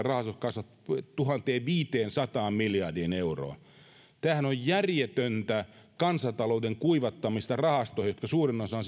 rahastot kasvavat tuhanteenviiteensataan miljardiin euroon tämähän on järjetöntä kansantalouden kuivattamista rahastoihin joiden varoista suurin osa